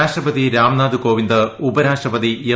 രാഷ്ട്രപതി രാംനാഥ് കോവിന്ദ് ഉപരാഷ്ട്രപതി എം